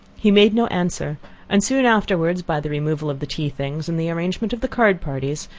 he made no answer and soon afterwards, by the removal of the tea-things, and the arrangement of the card parties,